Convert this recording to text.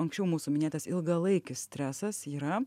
anksčiau mūsų minėtas ilgalaikis stresas yra